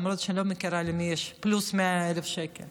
למרות שאני לא מכירה מי שיש לו פלוס 100,000 שקל,